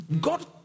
god